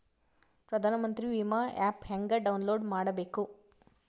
ಪ್ರಧಾನಮಂತ್ರಿ ವಿಮಾ ಆ್ಯಪ್ ಹೆಂಗ ಡೌನ್ಲೋಡ್ ಮಾಡಬೇಕು?